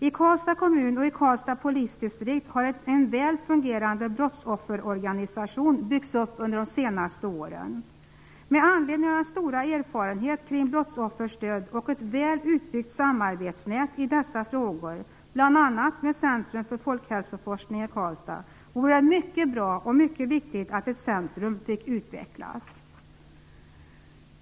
I Karlstads kommun och i Karlstads polisdistrikt har en väl fungerande brottsofferorganisation byggts upp under de senaste åren. Med anledning av den stora erfarenheten kring brottsofferstöd och ett väl utbyggt samarbetsnät i dessa frågor, bl.a. med Centrum för folkhälsoforskning i Karlstad, vore det mycket bra och viktigt att ett centrum fick utvecklas.